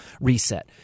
reset